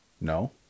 No